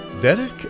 Derek